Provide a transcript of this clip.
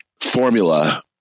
formula